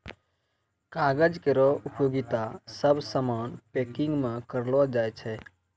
कागज केरो उपयोगिता सब सामान पैकिंग म करलो जाय छै